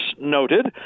noted